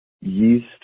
yeast